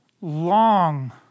long